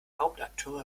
hauptakteure